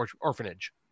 orphanage